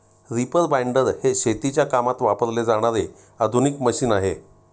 reaper binder हे शेतीच्या कामात वापरले जाणारे आधुनिक मशीन आहे